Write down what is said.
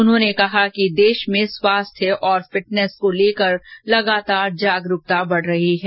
प्रधानमंत्री ने कहा कि देश में स्वास्थ्य और फिटनेस को लेकर लगातार जागरुकता बढ रही है